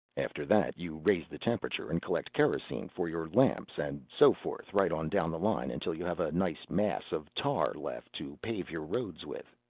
after that you raise the temperature and collect kerosene for your lamps and so forth right on down the line until you have a nice mass of tar left to pave your roads with.